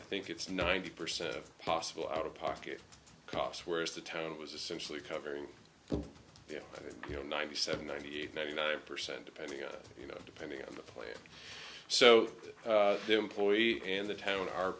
i think it's ninety percent of possible out of pocket costs whereas the town was essentially covering their you know ninety seven ninety eight ninety nine percent depending on you know depending on the plan so the employee and the town are